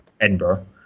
Edinburgh